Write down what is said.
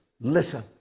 listen